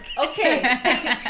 Okay